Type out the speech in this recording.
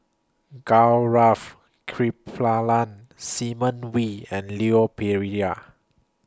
Gaurav Kripalani Simon Wee and Leon Perera